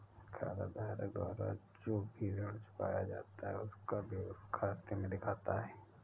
खाताधारक द्वारा जो भी ऋण चुकाया जाता है उसका विवरण खाते में दिखता है